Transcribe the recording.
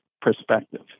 perspective